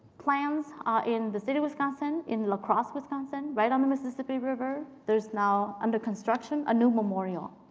plans ah in the state of wisconsin, in la crosse, wisconsin, right on the mississippi river, there is now, under construction, a new memorial.